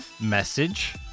message